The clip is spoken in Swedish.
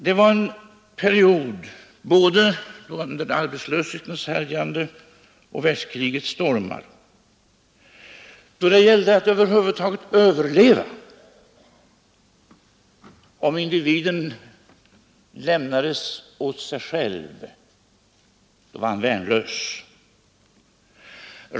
Det var en period både under arbetslöshetens härjningar och under världskrigets stormar, då det gällde att över huvud taget överleva. Om individen lämnades åt sig själv var han värnlös.